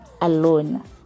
alone